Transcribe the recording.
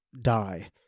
die